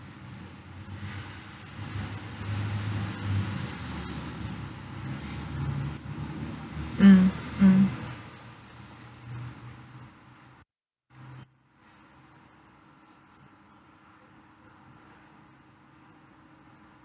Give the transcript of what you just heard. mm mm